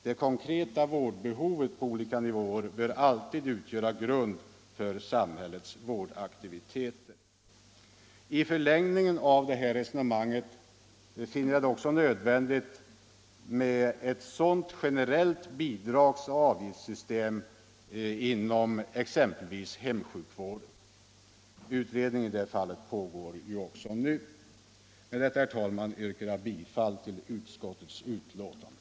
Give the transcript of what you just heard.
Det konkreta vårdbehovet på olika nivåer bör alltid utgöra grund för samhällets vårdaktiviteter. I förlängningen av detta resonemang är det också nödvändigt med ett sådant generellt bidragsoch avgiftssystem inom exempelvis hemsjukvården. Utredningen härom pågår också f.n. Med det anförda, herr talman, yrkar jag bifall till utskottets hemställan.